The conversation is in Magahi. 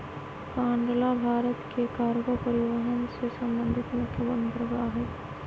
कांडला भारत के कार्गो परिवहन से संबंधित मुख्य बंदरगाह हइ